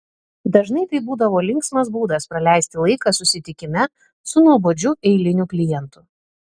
dažnai tai būdavo linksmas būdas praleisti laiką susitikime su nuobodžiu eiliniu klientu